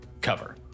cover